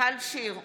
מיכל שיר סגמן,